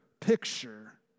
picture